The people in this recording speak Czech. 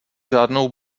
žádnou